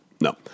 No